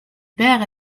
père